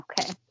okay